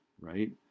right